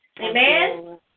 Amen